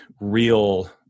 real